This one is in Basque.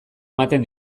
ematen